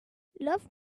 love